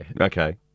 Okay